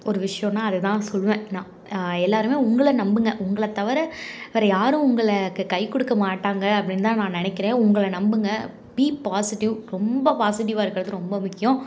ஒரு விஷ்யன்னா அதுதான் சொல்லுவேன் நான் எல்லோருமே உங்கள நம்புங்கள் உங்களைத் தவிர வேற யாரும் உங்களை கைக்கொடுக்க மாட்டாங்க அப்படின்னு தான் நான் நெனைக்கிறன் உங்களை நம்புங்கள் பீ பாசிட்டிவ் ரொம்ப பாசிட்டிவாயிருக்கறது ரொம்ப முக்கியம்